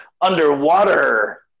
underwater